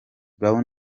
brown